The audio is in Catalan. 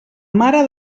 mare